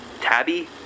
Tabby